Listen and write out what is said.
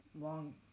long